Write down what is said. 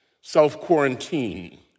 self-quarantine